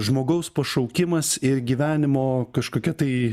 žmogaus pašaukimas ir gyvenimo kažkokia tai